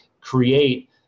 create